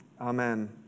amen